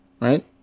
right